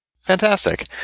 Fantastic